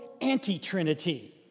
anti-trinity